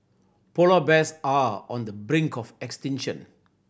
polar bears are on the brink of extinction